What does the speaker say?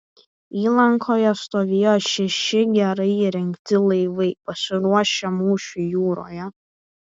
įlankoje stovėjo šeši gerai įrengti laivai pasiruošę mūšiui jūroje